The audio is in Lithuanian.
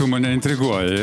tu mane intriguoji